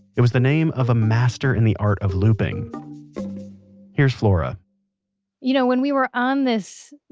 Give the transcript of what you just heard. it was the name of a master in the art of looping here's flora you know, when we were on this.